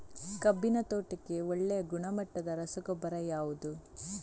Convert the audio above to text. ಕಬ್ಬಿನ ತೋಟಕ್ಕೆ ಒಳ್ಳೆಯ ಗುಣಮಟ್ಟದ ರಸಗೊಬ್ಬರ ಯಾವುದು?